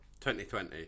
2020